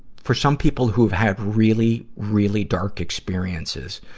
for some people who've had really, really dark experiences,